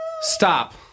Stop